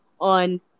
on